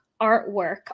artwork